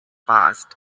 passed